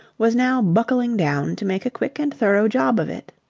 was now buckling down to make a quick and thorough job of it.